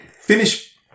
Finish